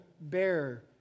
bear